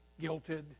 guilted